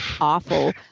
awful